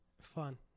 fun